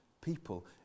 people